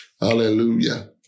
Hallelujah